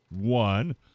One